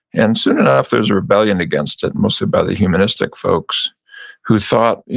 and soon enough there was a rebellion against it, mostly by the humanistic folks who thought,